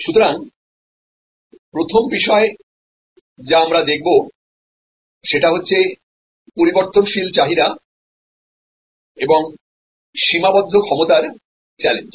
সুতরাং প্রথম বিষয় যা আমরা দেখব সেটা হচ্ছে পরিবর্তনশীল চাহিদা এবং সীমাবদ্ধ ক্ষমতার চ্যালেঞ্জ